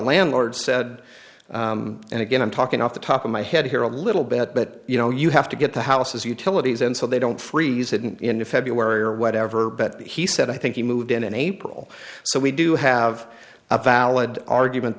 landlord said and again i'm talking off the top of my head here a little bit but you know you have to get the houses utilities and so they don't freeze it in february or whatever but he said i think he moved in and april so we do have a valid argument